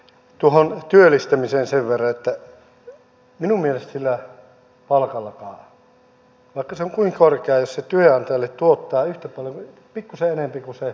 tuohon työllistämiseen sen verran että minun mielestäni sillä palkallakaan vaikka se on kuinka korkea jos se työnantajalle tuottaa pikkuisen enemmän kuin se vie